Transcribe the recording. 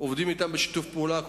עובדים אתכם בשיתוף פעולה,